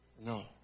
No